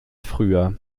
früher